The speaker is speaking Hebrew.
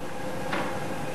נתקבלה.